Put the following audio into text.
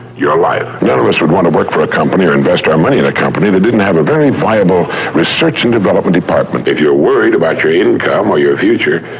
your life. none of us would want to work for a company or invest our money in a company that didn't have a very viable research and development department. if you're worried about your income or your future